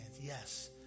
Yes